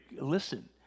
Listen